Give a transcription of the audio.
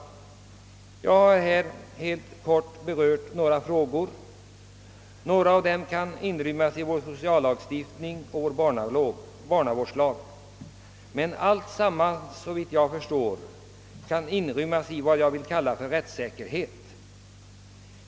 Jag har här berört några frågor, av vilka en del kan inrymmas i vår sociallagstiftning och barnavårdslag. Men alltsammans kan, såvitt jag förstår, inrymmas i vad jag vill kalla för rättssäkerhet.